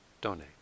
donate